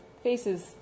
Faces